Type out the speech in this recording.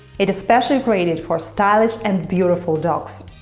it is specially created for stylish and beautiful dogs.